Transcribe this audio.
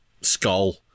skull